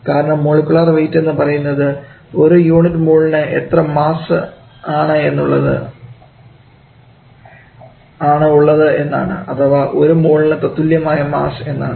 കാരണം molecular weight എന്നു പറയുന്നത് ഒരു യൂണിറ്റ് മോളിന് എത്ര മാസ് ആണ് ഉള്ളത് എന്നാണ് അഥവാ ഒരു മോളിന് തത്തുല്യമായ മാസ്സ് എന്നതാണ്